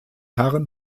herren